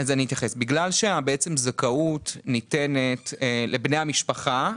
בגלל שהזכאות היא לבני המשפחה,